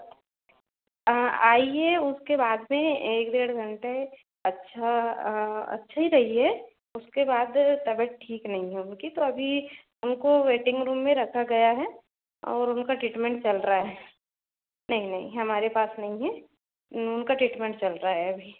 आइये उसके बाद में एक डेढ़ घंटे अच्छा अच्छा ही रही है उसके बाद तबियत ठीक नहीं है उनकी तो अभी उनको वेटिंग रूम में रखा गया है और उनका टीटमेन्ट चल रहा है नहीं नहीं हमारे पास नहीं है उनका टीटमेन्ट चल रहा है अभी